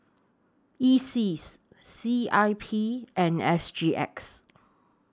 ISEAS C I P and S G X